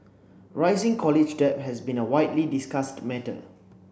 rising college debt has been a widely discussed matter